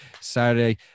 Saturday